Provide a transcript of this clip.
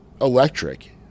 electric